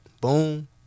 boom